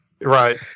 Right